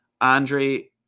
Andre